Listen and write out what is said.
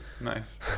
nice